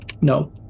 No